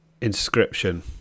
Inscription